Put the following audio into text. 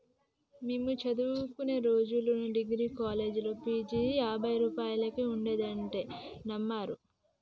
మేము చదువుకునే రోజుల్లో డిగ్రీకి కాలేజీ ఫీజు యాభై రూపాయలే ఉండేదంటే నమ్మరు